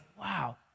Wow